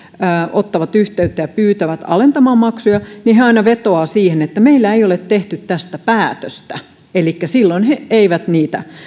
ottavat yhteyttä ja pyytävät alentamaan maksuja niin ne aina vetoavat siihen että meillä ei ole tehty tästä päätöstä elikkä silloin ne eivät niitä